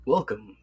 Welcome